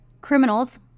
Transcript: criminals